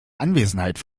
anwesenheit